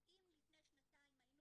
אם לפני שנתיים היינו